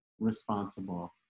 responsible